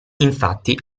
infatti